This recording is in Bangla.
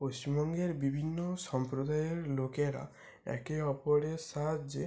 পশ্চিমবঙ্গের বিভিন্ন সম্প্রদায়ের লোকেরা একে অপরের সাহায্যে